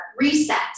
reset